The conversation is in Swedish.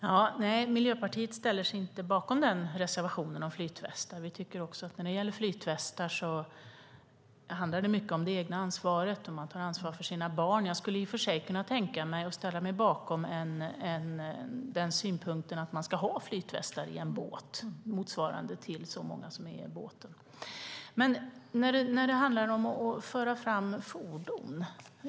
Herr talman! Nej, Miljöpartiet ställer sig inte bakom reservationen om flytvästar. Vi tycker också att det när det gäller flytvästar handlar mycket om det egna ansvaret och att man tar ansvar för sina barn. Jag skulle i och för sig kunna tänka mig att ställa mig bakom synpunkten att man i en båt ska ha flytvästar motsvarande så många som är i båten. Detta handlar dock om att föra fram fordon.